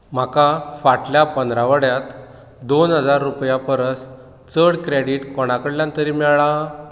म्हाका फाटल्या पंदरवड्यांत दोन हजार रुपया परस चड क्रॅडिट कोणा कडल्यान तरी मेळ्ळां